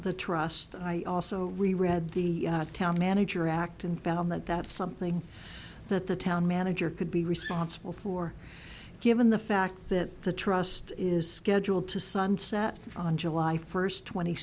the trust i also read the town manager act and found that that something that the town manager could be responsible for given the fact that the trust is scheduled to sunset on july first tw